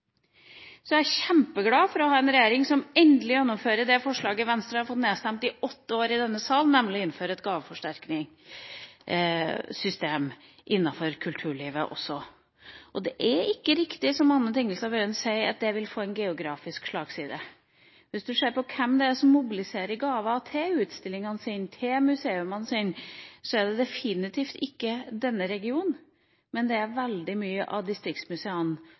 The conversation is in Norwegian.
så henger ikke det sammen. Da skal regjeringa være sjeleglad for at de har Venstre og Kristelig Folkeparti for å komme seg på riktig kurs igjen. Jeg er kjempeglad for å ha en regjering som endelig gjennomfører det forslaget Venstre har fått stemt ned i åtte år i denne sal, nemlig å innføre et gaveforsterkningssystem innenfor kulturlivet også. Det er ikke riktig som Anne Tingelstad Wøien sier, at det vil få en geografisk slagside. Hvis man ser på hvem det er som mobiliserer gaver til utstillingene sine, til museene sine, så